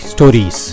Stories